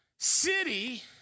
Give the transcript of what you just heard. City